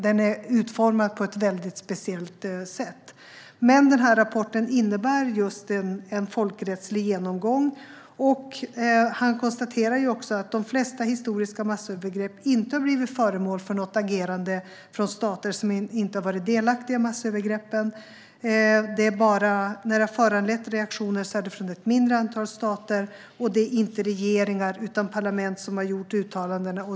Den är utformad på ett väldigt speciellt sätt. Men rapporten innehåller en folkrättslig genomgång. Pål Wrange konstaterar att de flesta historiska massövergrepp inte har blivit föremål för något agerande från stater som inte har varit delaktiga i massövergreppen. När de har föranlett reaktioner har det varit från ett mindre antal stater, och det är inte regeringar utan parlament som har gjort uttalandena.